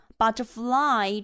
butterfly